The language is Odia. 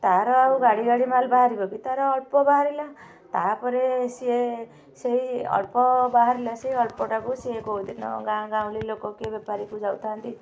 ତା ର ଆଉ ଗାଡ଼ି ଗାଡ଼ି ମାଲ୍ ବାହାରିବକି ତାର ଅଳ୍ପ ବାହାରିଲା ତା ପରେ ସିଏ ସେଇ ଅଳ୍ପ ବାହାରିଲା ସେଇ ଅଳ୍ପ ଟାକୁ ସିଏ କେଉଁଦିନ ଗାଁ ଗାଉଁଲି ଲୋକ କିଏ ବେପାରୀକୁ ଯାଉଥାନ୍ତି